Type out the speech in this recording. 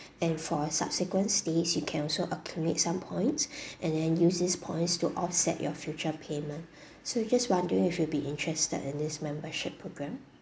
and for subsequent stays you can also accumulate some points and then use these points to offset your future payment so just wondering if you will be interested in this membership program